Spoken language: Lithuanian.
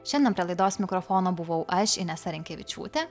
šiandien prie laidos mikrofono buvau aš inesa rinkevičiūtė